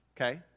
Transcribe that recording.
okay